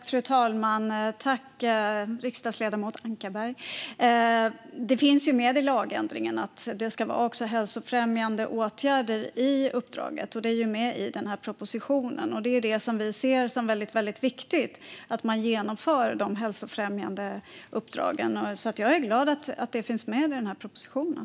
Fru talman! Tack, riksdagsledamoten Ankarberg, för frågan! Det finns med i lagändringen att det också ska vara hälsofrämjande åtgärder i uppdraget. Det är med i den här propositionen. Vi ser det som mycket viktigt att man genomför de hälsofrämjande uppdragen. Därför är jag glad att det finns med i propositionen.